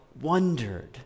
wondered